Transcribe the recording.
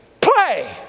play